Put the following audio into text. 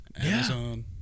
Amazon